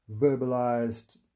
verbalized